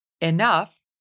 enough